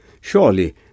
Surely